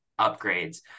upgrades